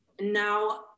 now